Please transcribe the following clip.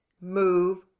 move